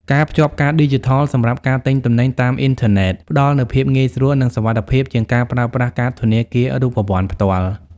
ការភ្ជាប់កាតឌីជីថល សម្រាប់ការទិញទំនិញតាមអ៊ីនធឺណិត ផ្ដល់នូវភាពងាយស្រួល និងសុវត្ថិភាពជាងការប្រើប្រាស់កាតធនាគាររូបវន្តផ្ទាល់។